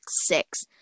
six